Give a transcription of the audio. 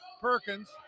Perkins